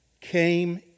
came